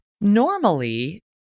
normally